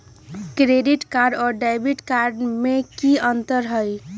Credit card और debit card में की अंतर हई?